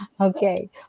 Okay